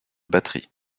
batterie